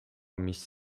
mis